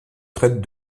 traite